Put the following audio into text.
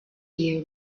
year